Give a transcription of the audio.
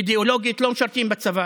אידיאולוגית לא משרתים בצבא,